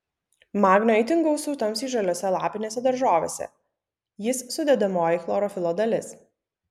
magnio itin gausu tamsiai žaliose lapinėse daržovėse jis sudedamoji chlorofilo dalis